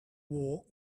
wall